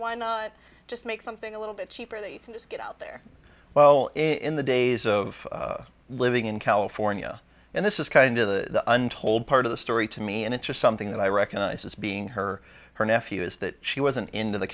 why not just make something a little bit cheaper that you get out there well in the days of living in california and this is kind of the untold part of the story to me and it's just something that i recognize as being her her nephew is that she wasn't into the